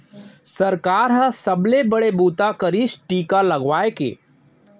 सरकार ह सबले बड़े बूता करिस टीका लगवाए के